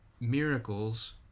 miracles